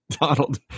Donald